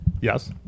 yes